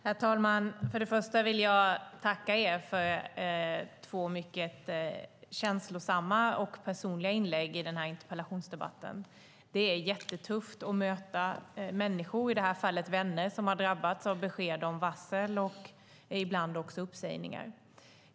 Herr talman! För det första vill jag tacka interpellanterna för två mycket känslosamma och personliga inlägg. Det är jättetufft att möta människor, i det här fallet vänner, som drabbats av besked om varsel och ibland också uppsägningar.